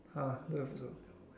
!huh! don't have also